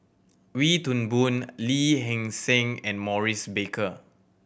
Wee Toon Boon Lee Hee Seng and Maurice Baker